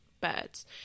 birds